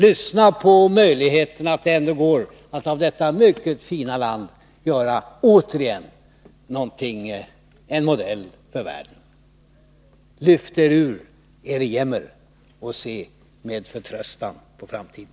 Lyssna på möjligheterna och tänk på att det ändå går att av detta vårt mycket fina land återigen göra en modell för världen! Lyft er ur er jämmer och se med förtröstan mot framtiden!